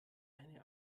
eine